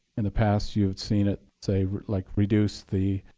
in the past, you've seen it say like, reduce the